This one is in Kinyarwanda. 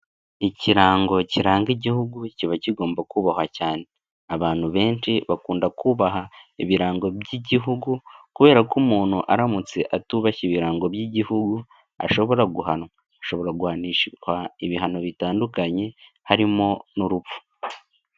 Ikirango kiranga igihugu kiba kigomba kubahwa cyane, abantu benshi bakunda kubaha ibirango by'igihugu kubera ko umuntu aramutse atubashye ibirango by'igihugu ashobora guhanwa, ashobora guhanishwa ibihano bitandukanye harimo n'urupfu.